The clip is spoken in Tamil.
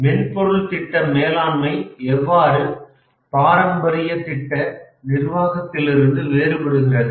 மென்பொருள் திட்ட மேலாண்மை எவ்வாறு பாரம்பரிய திட்ட நிர்வாகத்திலிருந்து வேறுபடுகிறது